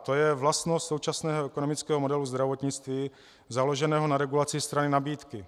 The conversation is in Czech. To je vlastnost současného ekonomického modelu zdravotnictví založeného na regulaci strany nabídky.